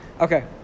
Okay